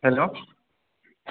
hello